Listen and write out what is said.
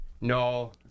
No